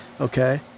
Okay